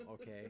Okay